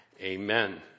Amen